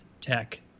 Tech